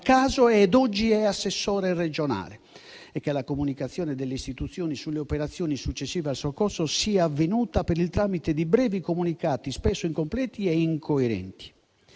caso ed oggi è assessore regionale e che la comunicazione delle istituzioni sulle operazioni successive al soccorso sia avvenuta per il tramite di brevi comunicati, spesso incompleti e incoerenti.